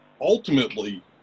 ultimately